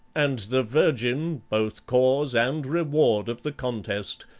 and the virgin both cause and reward of the contest,